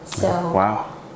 Wow